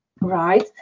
Right